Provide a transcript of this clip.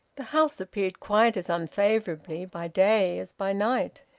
the house appeared quite as unfavourably by day as by night.